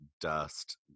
dust